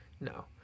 No